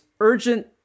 urgent